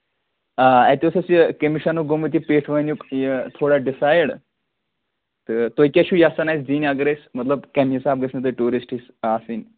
آ اَتہِ اوس اَسہِ یہِ کٔمِشنُک گوٚمُت یہِ پیٹھ وٲنِیُک یہِ تھوڑا ڈِسایِڈ تہٕ تُہۍ کیاہ چھو یَژھان أسہِ دنۍ اَگر أسۍ مطلب کَمہِ حِسابہٕ گژھن اَسہِ ٹیوٗرِسٹ آسٕنۍ